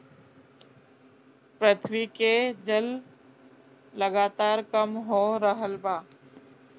पृथ्वी के जल लगातार कम हो रहल बा